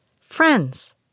Friends